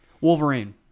Wolverine